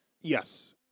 Yes